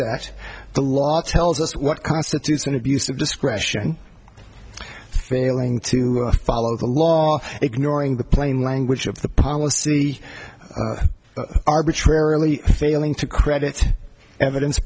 act the law tells us what constitutes a abuse of discretion failing to follow the law ignoring the plain language of the policy arbitrarily failing to credit evidence